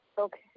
Okay